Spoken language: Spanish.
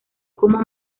como